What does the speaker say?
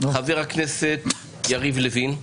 חבר הכנסת יריב לוין.